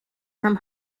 from